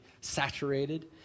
saturated